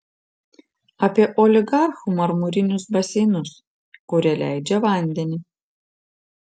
apie oligarchų marmurinius baseinus kurie leidžia vandenį